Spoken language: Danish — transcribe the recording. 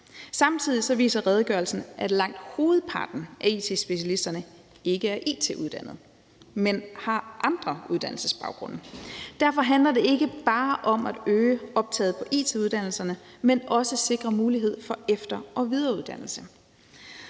Samtidig viser redegørelsen, at langt hovedparten af it-specialisterne ikke er it-uddannede, men har andre uddannelsesbaggrunde. Derfor handler det ikke bare om at øge optaget på it-uddannelserne, men også om at sikre mulighed for efter- og videreuddannelse.